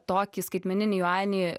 tokį skaitmeninį juanį